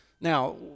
Now